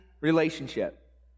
relationship